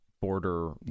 border